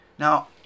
Now